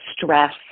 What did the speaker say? stress